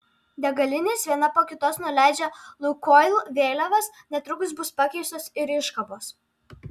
degalinės viena po kitos nuleidžia lukoil vėliavas netrukus bus pakeistos ir iškabos